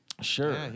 Sure